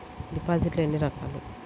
డిపాజిట్లు ఎన్ని రకాలు?